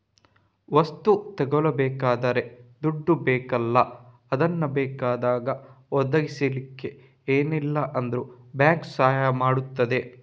ವಸ್ತು ತಗೊಳ್ಬೇಕಾದ್ರೆ ದುಡ್ಡು ಬೇಕಲ್ಲ ಅದನ್ನ ಬೇಕಾದಾಗ ಒದಗಿಸಲಿಕ್ಕೆ ಏನಿಲ್ಲ ಅಂದ್ರೂ ಬ್ಯಾಂಕು ಸಹಾಯ ಮಾಡ್ತದೆ